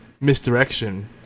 misdirection